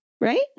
right